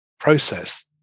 process